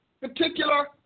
particular